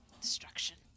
destruction